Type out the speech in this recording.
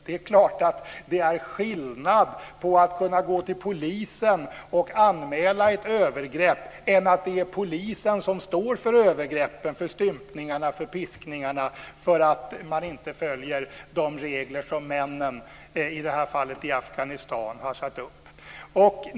Det är klart att det är skillnad på att kunna gå till polisen och anmäla ett övergrepp och på att det är polisen som står för övergreppen, för stympningarna, för piskningarna och för att man inte följer de regler som männen, i detta fall i Afghanistan, har satt upp.